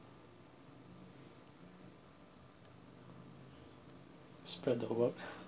spread the work